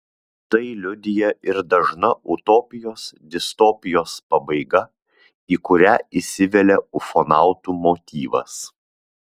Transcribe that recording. tai liudija ir dažna utopijos distopijos pabaiga į kurią įsivelia ufonautų motyvas